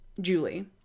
Julie